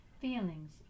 feelings